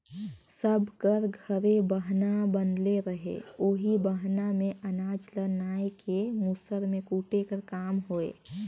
सब कर घरे बहना बनले रहें ओही बहना मे अनाज ल नाए के मूसर मे कूटे कर काम होए